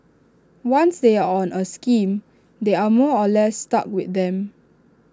once they are on A scheme they are more or less stuck with them